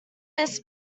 mrs